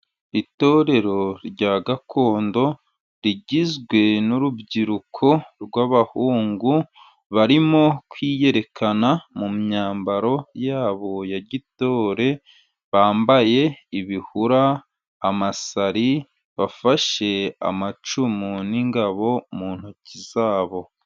Itorero rya gakondo, rigizwe n'urubyiruko rw'abahungu, barimo kwiyerekana mu myambaro yabo ya gitore, bambaye ibihura, amasari, bafashe amacumu n'ingabo mu ntoki zabo.